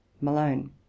Malone